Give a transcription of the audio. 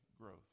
growth